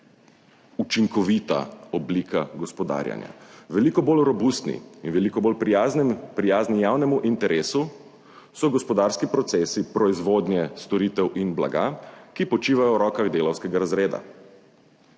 učinkovita oblika gospodarjenja. Veliko bolj robustni in veliko bolj prijazni javnemu interesu so gospodarski procesi proizvodnje storitev in blaga, ki počivajo v rokah delavskega razreda.